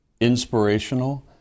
inspirational